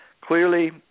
clearly